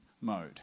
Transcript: mode